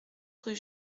rue